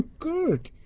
and good,